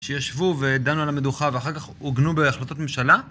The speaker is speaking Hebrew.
שישבו ודנו על המדוחה ואחר כך עוגנו בהחלטות ממשלה